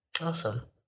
Awesome